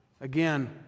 Again